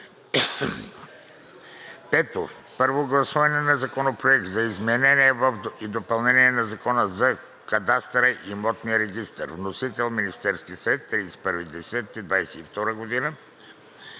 г. 5. Първо гласуване на Законопроекта за изменение и допълнение на Закона за кадастъра и имотния регистър. Вносител е Министерският съвет на 31 октомври